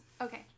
okay